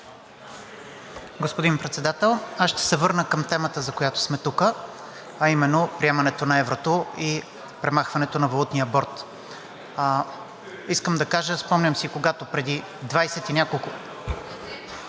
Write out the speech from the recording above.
Господин Председател, аз ще се върна към темата, за която сме тук, а именно приемането на еврото и премахването на Валутния борд. Спомням си, когато преди 20 и няколко